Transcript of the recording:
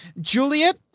Juliet